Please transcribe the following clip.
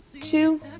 two